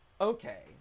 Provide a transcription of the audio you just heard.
okay